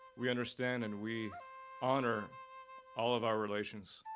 we understand and we honor all of our relations.